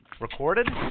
Recorded